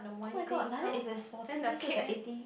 oh-my-god like that if there's forty then so is like eighty